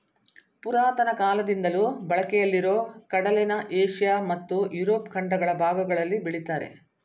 ಪುರಾತನ ಕಾಲದಿಂದಲೂ ಬಳಕೆಯಲ್ಲಿರೊ ಕಡಲೆನ ಏಷ್ಯ ಮತ್ತು ಯುರೋಪ್ ಖಂಡಗಳ ಭಾಗಗಳಲ್ಲಿ ಬೆಳಿತಾರೆ